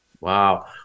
Wow